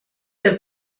der